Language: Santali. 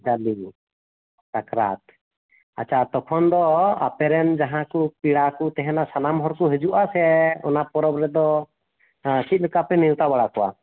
ᱥᱟᱠᱨᱟᱛ ᱟᱪᱪᱷᱟ ᱛᱚᱠᱷᱚᱱ ᱫᱚ ᱟᱯᱮᱨᱮᱱ ᱡᱟᱦᱟᱸᱠᱚ ᱯᱮᱲᱟᱠᱚ ᱛᱟᱦᱮᱱ ᱥᱟᱱᱟᱢ ᱦᱚᱲᱠᱚ ᱦᱤᱡᱩᱜᱼᱟ ᱥᱮ ᱚᱱᱟ ᱯᱚᱨᱚᱵ ᱨᱮᱫᱚ ᱪᱮᱫᱞᱮᱠᱟ ᱯᱮ ᱱᱮᱣᱛᱟ ᱵᱟᱲᱟᱠᱚᱣᱟ